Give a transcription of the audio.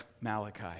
Malachi